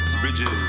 bridges